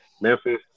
Memphis